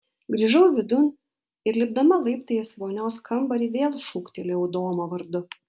grįžau vidun ir lipdama laiptais į vonios kambarį vėl šūktelėjau domą vardu